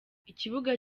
ikibuga